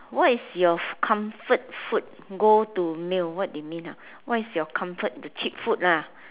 what is your comfort food go to meal what do you mean ah what is your comfort the cheap food lah